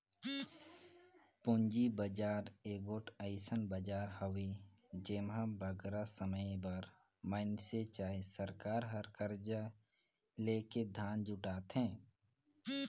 पूंजी बजार एगोट अइसन बजार हवे जेम्हां बगरा समे बर मइनसे चहे सरकार हर करजा लेके धन जुटाथे